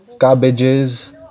cabbages